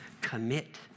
Commit